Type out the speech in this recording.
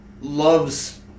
loves